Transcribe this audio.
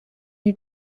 new